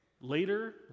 Later